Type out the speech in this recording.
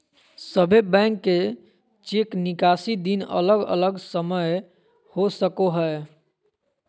सभे बैंक के चेक निकासी दिन अलग अलग समय हो सको हय